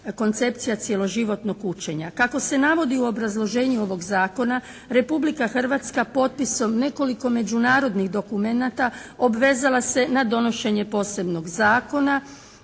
koncepcija cijelo životnog učenja. Kako se navodi u obrazloženju ovog zakona Republika Hrvatska potpisom nekolik međunarodnih dokumenata obvezala se na donošenje posebnog zakona